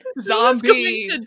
Zombie